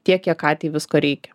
tiek kiek katei visko reikia